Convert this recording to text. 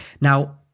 now